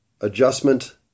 adjustment